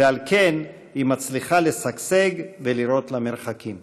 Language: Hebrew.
ועל כן היא מצליחה לשגשג ולראות למרחקים.